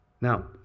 Now